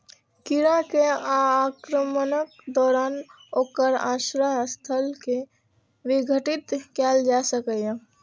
कीड़ा के आक्रमणक दौरान ओकर आश्रय स्थल कें विघटित कैल जा सकैए